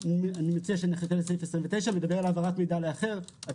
אני לא מתייחס לחוק איסור הלבנת הון בנפרד למה סירבתם לתת שירות,